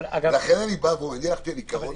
לכן הלכתי על עיקרון אחד,